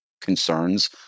concerns